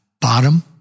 bottom